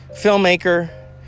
filmmaker